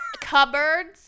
cupboards